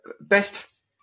best